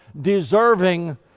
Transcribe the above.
deserving